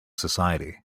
society